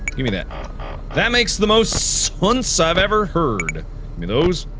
gimmie that that makes the most sunse i've ever heard gimme those